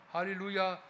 Hallelujah